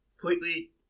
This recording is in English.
completely